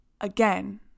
again